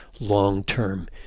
long-term